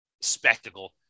spectacle